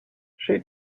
she